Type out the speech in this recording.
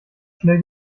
schnell